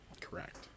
Correct